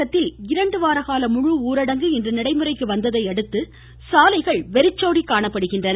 தமிழகத்தில் இரண்டு வார கால முழுஊரடங்கு இன்று நடைமுறைக்கு வந்ததையடுத்து சாலைகள் வெறிச்சோடி காணப்படுகின்றன